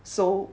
so